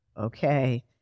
okay